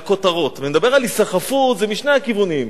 לכותרות, ואני מדבר על היסחפות משני הכיוונים: